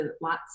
lots